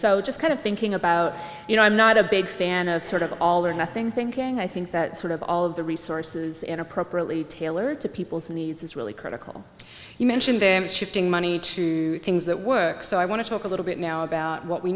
so just kind of thinking about you know i'm not a big fan of sort of all or nothing thinking i think that sort of all of the resources in appropriately tailored to people's needs is really critical you mentioned shifting money to things that work so i want to talk a little bit now about what we